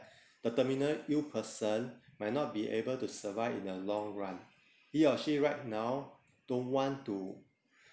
the terminal ill person might not be able to survive in the long run he or she right now don't want to